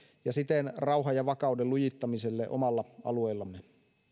ja siten rauhan ja vakauden lujittamiselle omalla alueellamme